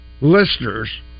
listeners